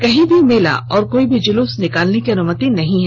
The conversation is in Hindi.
कहीं भी मेला और कोई भी जुलूस निकालने की अनुमति नहीं होगी